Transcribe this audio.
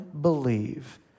believe